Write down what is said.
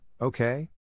okay